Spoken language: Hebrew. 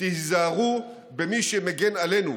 תיזהרו במי שמגן עלינו,